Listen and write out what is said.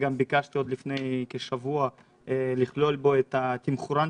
ביקשתי עוד לפני שבוע לכלול בו את תמחור הבדיקות.